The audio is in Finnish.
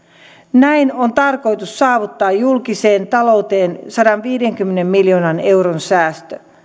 näin on tarkoitus saavuttaa julkiseen talouteen sadanviidenkymmenen miljoonan euron säästö